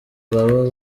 baba